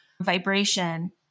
vibration